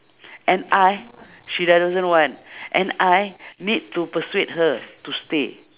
and I she doesn't want and I need to persuade her to stay